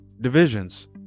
divisions